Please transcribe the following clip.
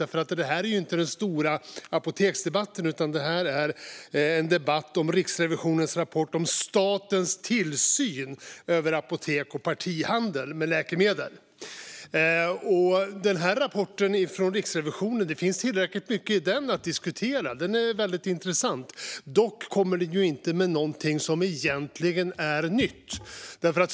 Detta är ju inte den stora apoteksdebatten, utan det är en debatt om Riksrevisionens rapport om statens tillsyn över apotek och partihandel med läkemedel. Det finns tillräckligt mycket i rapporten från Riksrevisionen att diskutera. Den är väldigt intressant. Dock kommer den inte med något som egentligen är nytt.